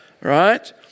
right